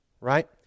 right